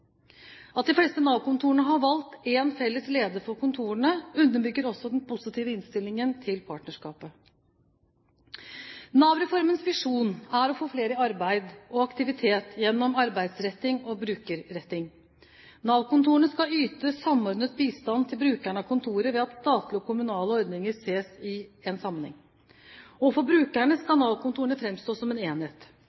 At de fleste Nav-kontorene har valgt én felles leder for kontorene, underbygger også den positive innstillingen til partnerskapet. Nav-reformens visjon er å få flere i arbeid og aktivitet gjennom arbeidsretting og brukerretting. Nav-kontorene skal yte samordnet bistand til brukerne av kontoret ved at statlige og kommunale ordninger ses i en sammenheng.